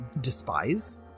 despise